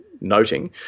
noting